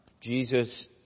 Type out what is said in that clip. Jesus